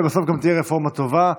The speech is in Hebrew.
ובסוף גם תהיה רפורמה טובה.